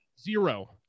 zero